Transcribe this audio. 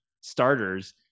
starters